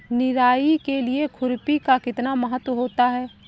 निराई के लिए खुरपी का कितना महत्व होता है?